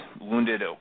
wounded